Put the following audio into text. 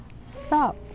stop